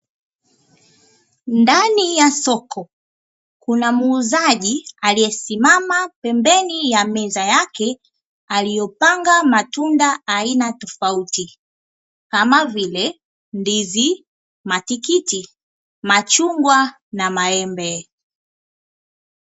Ndani ya soko kuna muuzaji aliyesimama pembeni ya meza yake aliyopanga matunda ya aina tofauti kama vile ndizi, matikiti, machungwa na maembe.